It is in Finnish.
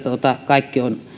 kaikki on